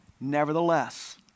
Nevertheless